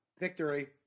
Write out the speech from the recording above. Victory